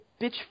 bitch